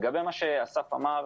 לגבי מה שאסף אמר,